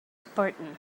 spartan